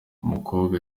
umukobwa